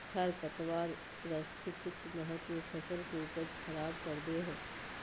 खरपतवार पारिस्थितिक महत्व फसल के उपज खराब कर दे हइ